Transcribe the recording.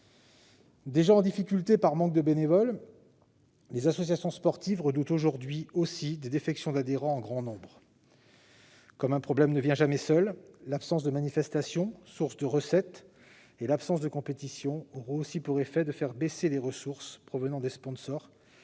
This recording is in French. mises en difficulté par le manque de bénévoles, les associations sportives redoutent aujourd'hui des défections d'adhérents en grand nombre. Comme un problème ne vient jamais seul, l'absence de manifestations, source de recettes, et de compétitions auront aussi pour effet de faire baisser les ressources provenant des sponsors,